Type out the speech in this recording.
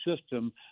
system